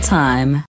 time